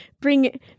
Bring